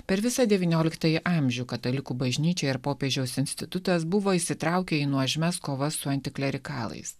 per visą devynioliktąjį amžių katalikų bažnyčia ir popiežiaus institutas buvo įsitraukę į nuožmias kovas su antoklerikalais